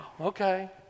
okay